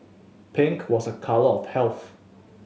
pink was a colour of health